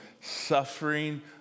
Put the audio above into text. suffering